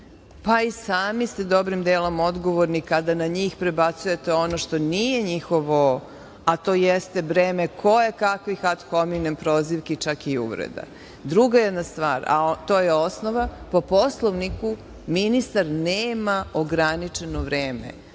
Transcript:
pa i sami ste dobrim delom odgovorni kada na njih prebacujete ono što nije njihovo, a to jeste breme kojekakvih ad hominem prozivki, čak i uvreda. Druga jedna stvar, a to je osnova, po Poslovniku ministar nema ograničeno vreme,